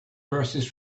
verses